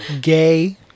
Gay